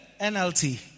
NLT